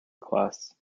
class